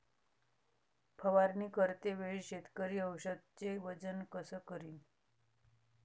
फवारणी करते वेळी शेतकरी औषधचे वजन कस करीन?